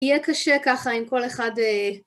יהיה קשה ככה אם כל אחד...